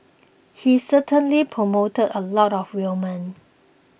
he certainly promoted a lot of women